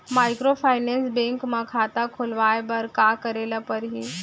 Microfinance bank म खाता खोलवाय बर का करे ल परही?